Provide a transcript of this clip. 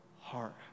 heart